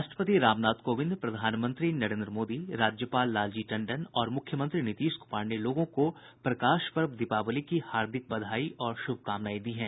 राष्ट्रपति रामनाथ कोविंद प्रधानमंत्री नरेन्द्र मोदी राज्यपाल लालजी टंडन और मुख्यमंत्री नीतीश कुमार ने लोगों को प्रकाश पर्व दीपावली की हार्दिक बधाई और शुभकामनाएं दी हैं